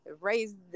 raised